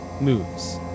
Moves